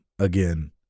again